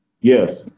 Yes